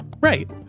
Right